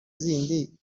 zindi